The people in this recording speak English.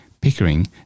Pickering